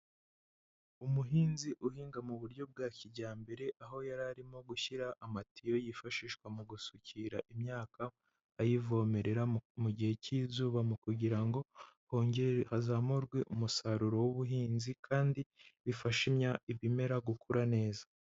Umuhinzi uhinga mu buryo bwa kijyambere aho yari arimo gushyira amatiyo yifashishwa mu gusukira imyaka ayivomerera mu gihe K'izuba mu kugira ngo hongere hazamurwe umusaruro w'ubuhinzi kandi bifasha ibimera gukura neza.